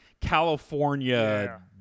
California